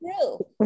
true